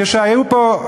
כשהיו פה,